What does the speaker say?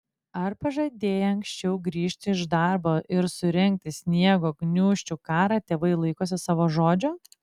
ar pažadėję anksčiau grįžti iš darbo ir surengti sniego gniūžčių karą tėvai laikosi savo žodžio